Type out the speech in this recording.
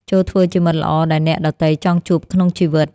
ចូរធ្វើជាមិត្តល្អដែលអ្នកដទៃចង់ជួបក្នុងជីវិត។